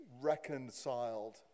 reconciled